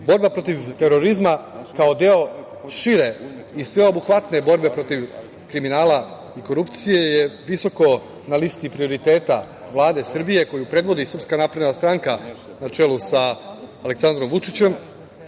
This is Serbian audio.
protiv terorizma kao deo šire i sveobuhvatne borbe protiv kriminala i korupcije je visoko na listi prioriteta Vlade Srbije koju predvodi SNS na čelu sa Aleksandrom Vučićem.